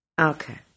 Okay